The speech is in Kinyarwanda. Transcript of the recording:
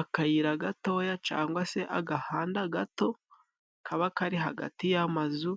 Akayira gatoya cyangwa se agahanda gato. Kaba kari hagati y'amazu,